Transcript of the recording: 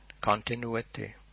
continuity